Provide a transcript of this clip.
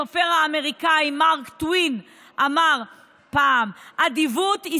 הסופר האמריקאי מארק טוויין אמר פעם: "אדיבות היא